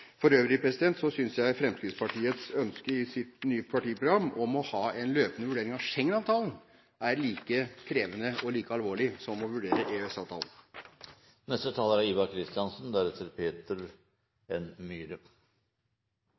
For øvrig synes jeg Fremskrittspartiets ønske i sitt nye partiprogram om å ha en løpende vurdering av Schengen-avtalen, er like krevende og like alvorlig som å vurdere